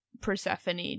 Persephone